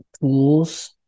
tools